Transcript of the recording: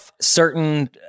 certain